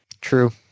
True